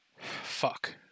Fuck